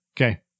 Okay